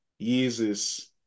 Jesus